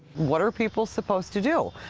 what are people supposed to do?